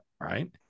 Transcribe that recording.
right